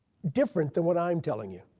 different than what i'm telling you.